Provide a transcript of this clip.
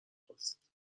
خواست